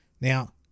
Now